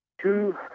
two